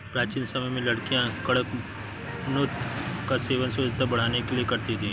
प्राचीन समय में लड़कियां कडपनुत का सेवन सुंदरता बढ़ाने के लिए करती थी